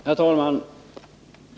Herr talman!